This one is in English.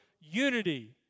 unity